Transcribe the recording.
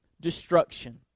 destruction